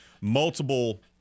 Multiple